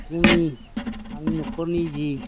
जोंनि आंनि न'खरनि जि